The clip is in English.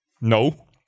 No